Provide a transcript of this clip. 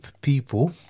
people